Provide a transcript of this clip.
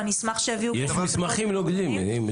ואני אשמח שיביאו --- יש מסמכים נוגדים.